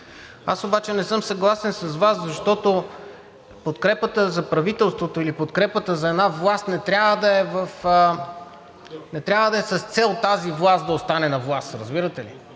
Аз обаче не съм съгласен с Вас, защото подкрепата за правителството или подкрепата за една власт не трябва да е с цел тази власт да остане на власт. Разбирате ли?